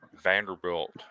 Vanderbilt